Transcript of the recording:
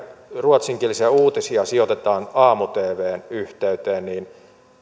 ruotsinkielisiä uutisia sijoitetaan aamu tvn yhteyteen